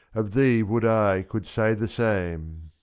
of thee would i could say the same!